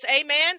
Amen